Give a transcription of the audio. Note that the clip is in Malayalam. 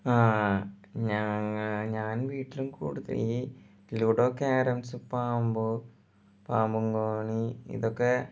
ഞങ്ങൾ ഞാൻ വീട്ടിലും കൂടുതലീ ലുഡോ ക്യാരംസ് പാമ്പ് പാമ്പും കോണി ഇതൊക്കെ